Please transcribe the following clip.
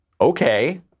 Okay